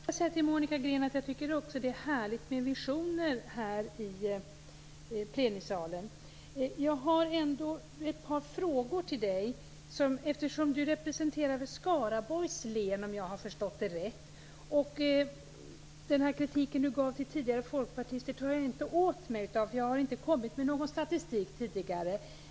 Fru talman! Först vill jag säga till Monica Green att jag också tycker att det är härligt med visioner här i plenisalen. Men jag har ändå ett par frågor till henne, eftersom hon representerar Skaraborgs län om jag har förstått det rätt. Den kritik som Monica Green gav till folkpartister tar jag inte åt mig av, för jag har inte kommit med någon statistik tidigare.